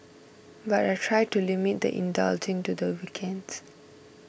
but I try to limit the indulging to the weekends